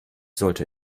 sollte